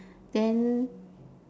then